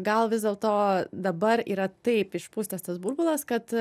gal vis dėlto dabar yra taip išpūstas tas burbulas kad